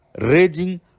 raging